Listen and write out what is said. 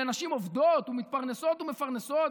אלה נשים עובדות ומתפרנסות ומפרנסות,